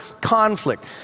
conflict